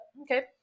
okay